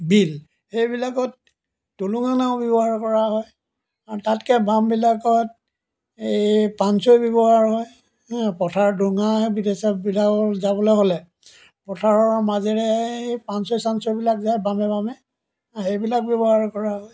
বিল সেইবিলাকত টুলুঙা নাও ব্যৱহাৰ কৰা হয় আৰু তাতকৈ বামবিলাকত এই পানচৈ ব্যৱহাৰ হয় পথাৰৰ ডোঙা সেইবিলাক চবিবিলাকত যাবলৈ হ'লে পথাৰৰ মাজেৰে পানচৈ চানচৈবিলাক যায় বামে বামে আৰু সেইবিলাক ব্যৱহাৰ কৰা হয়